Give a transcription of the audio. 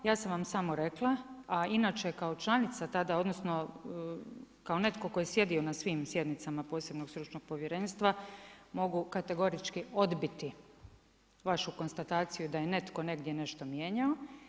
Ja sam vam samo rekla, a inače kao članica tada, odnosno kao netko tko je sjedio na svim sjednicama posebnog stručnog povjerenstva mogu kategorički odbiti vašu konstataciju da je netko negdje nešto mijenjao.